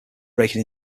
breaking